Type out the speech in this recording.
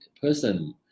person